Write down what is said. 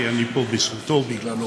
כי אני פה בזכותו ובגללו,